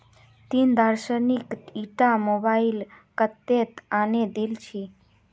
ती दानिशक ईटा मोबाइल कत्तेत आने दिल छि